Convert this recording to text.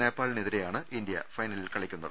നേപ്പാളിനെതി രെയാണ് ഇന്ത്യ ഫൈനലിൽ കളിക്കുന്നത്